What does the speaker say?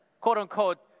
quote-unquote